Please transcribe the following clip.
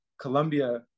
Colombia